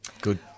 Good